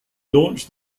launched